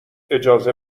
اجازه